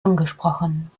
angesprochen